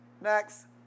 Next